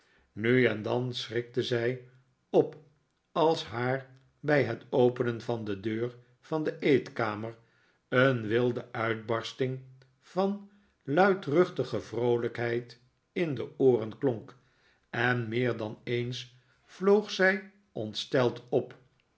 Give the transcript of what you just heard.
nu en dan schrikte zij op als haar bij het open'en van de deur van de eetkamer een wilde uitbarsting van luidruchtige vroolijkheid in de ooren klonk en meer dan eens vloog zij ontsteld op